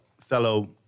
fellow